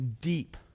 deep